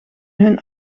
hun